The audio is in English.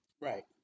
Right